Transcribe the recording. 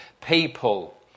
people